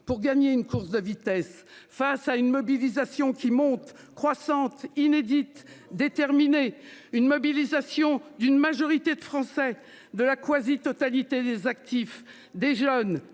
pour gagner une course de vitesse face à une mobilisation qui monte croissante inédite déterminé, une mobilisation d'une majorité de Français, de la quasi-totalité des actifs, des jeunes,